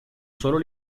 solo